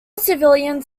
civilians